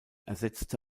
ersetzte